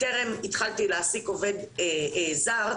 טרם התחלתי להעסיק עובד זר,